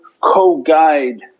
co-guide